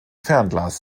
fernglas